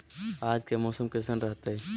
आज के मौसम कैसन रहताई?